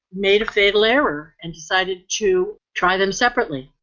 made a fatal error and decided to try them separately.